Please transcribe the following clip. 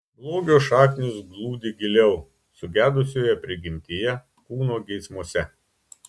blogio šaknys glūdi giliau sugedusioje prigimtyje kūno geismuose